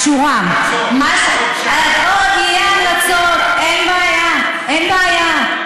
המלצות, עוד, יהיו המלצות, אין בעיה, אין בעיה.